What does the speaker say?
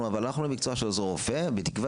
אבל הלכנו למקצוע של עוזר רופא בתקווה